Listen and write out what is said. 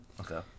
Okay